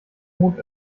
mond